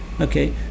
okay